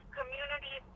community